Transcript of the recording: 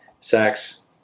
sex